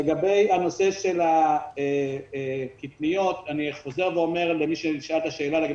לגבי הנושא של הקטניות אני חוזר ואומר לחבר הכנסת